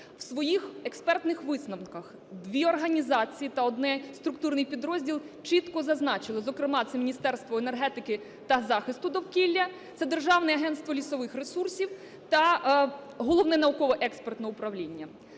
в своїх експертних висновках дві організації та один структурний підрозділ чітко зазначили, зокрема це Міністерство енергетики та захисту довкілля, це Державне агентство лісових ресурсів та Головне науково-експертне управління.